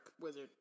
wizard